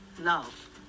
love